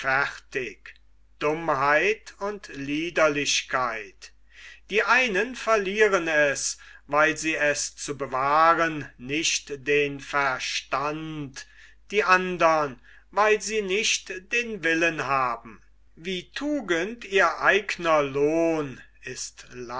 dummheit und liederlichkeit die einen verlieren es weil sie es zu bewahren nicht den verstand die andern weil sie nicht den willen haben wie tugend ihr eigner lohn ist